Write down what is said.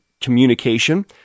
communication